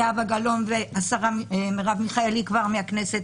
זהבה גלאון והשרה מרב מיכאלי כבר מהכנסת,